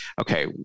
okay